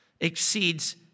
exceeds